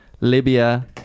Libya